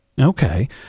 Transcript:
Okay